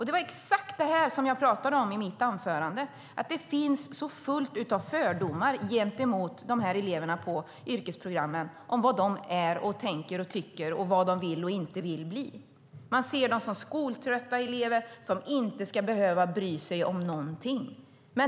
Det var exakt det här som jag pratade om i mitt anförande, att det finns så fullt av fördomar om ungdomarna på yrkesprogrammen om vad de är och tänker och tycker och vad de vill och inte vill bli. Man ser dem som skoltrötta elever som inte ska behöva bry sig om någonting.